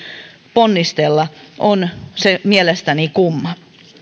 ponnistella on se mielestäni kumma